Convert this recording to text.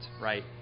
right